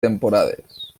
temporades